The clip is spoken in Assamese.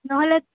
নহ'লে